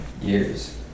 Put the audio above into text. Years